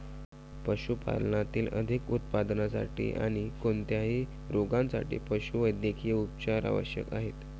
पशुपालनातील अधिक उत्पादनासाठी आणी कोणत्याही रोगांसाठी पशुवैद्यकीय उपचार आवश्यक आहेत